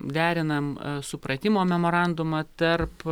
derinam supratimo memorandumą tarp